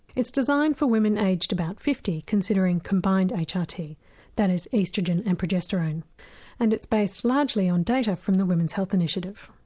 it's designed for women aged about fifty considering combined ah hrt that is oestrogen and progesterone and it's based largely on data from the women's health initiative.